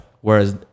Whereas